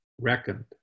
reckoned